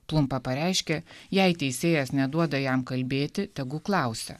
plumpa pareiškė jei teisėjas neduoda jam kalbėti tegu klausia